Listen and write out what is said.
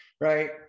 right